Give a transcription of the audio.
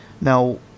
now